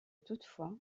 toutefois